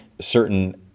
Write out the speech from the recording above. certain